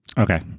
Okay